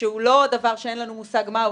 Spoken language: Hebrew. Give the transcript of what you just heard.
שהוא לא דבר שאין לנו מושג מה הוא,